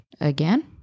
again